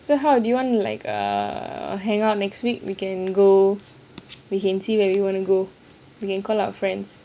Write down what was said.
so how do you want like err hangout next week we can go we can see where we wanna go we can call our friends